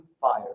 fire